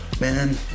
Man